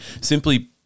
simply